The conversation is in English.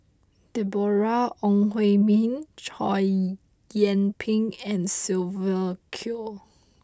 Deborah Ong Hui Min Chow Yian Ping and Sylvia Kho